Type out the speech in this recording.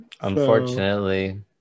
Unfortunately